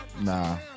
Nah